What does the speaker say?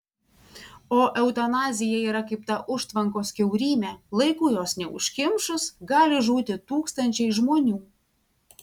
o eutanazija yra kaip ta užtvankos kiaurymė laiku jos neužkimšus gali žūti tūkstančiai žmonių